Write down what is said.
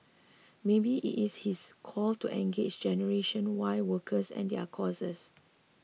maybe it is his call to engage generation Y workers and their causes